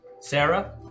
Sarah